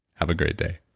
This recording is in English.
have a great day